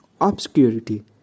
obscurity